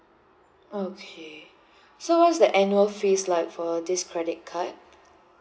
okay so what's the annual fees like for this credit card